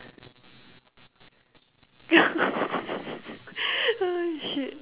ah shit